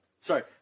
Sorry